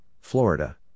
Florida